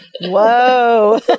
Whoa